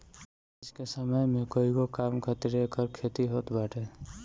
आज के समय में कईगो काम खातिर एकर खेती होत बाटे